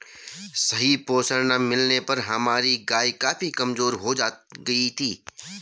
सही पोषण ना मिलने पर हमारी गाय काफी कमजोर हो गयी थी